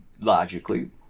logically